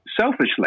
selfishly